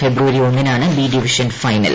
ഫെബ്രുവരി ഒന്നിനാണ് B division final